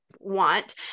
Want